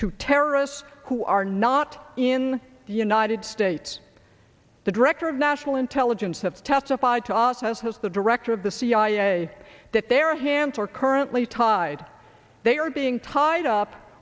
to terrorists who are not in the united states the director of national intelligence have testified to us as has the director of the cia that their hands are currently tied they are being tied up